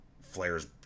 flares